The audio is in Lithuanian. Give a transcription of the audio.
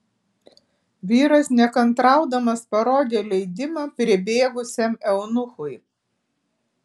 vyras nekantraudamas parodė leidimą pribėgusiam eunuchui